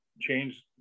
change